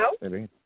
Hello